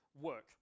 work